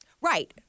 right